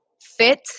fit